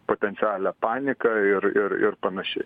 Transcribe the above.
potencialią paniką ir ir ir panašiai